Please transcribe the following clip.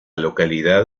localidad